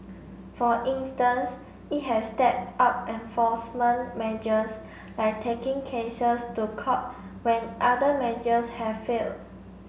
for instance it has stepped up enforcement measures like taking cases to court when other measures have failed